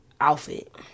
outfit